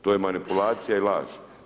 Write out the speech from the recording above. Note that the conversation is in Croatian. To je manipulacija i laž.